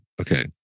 Okay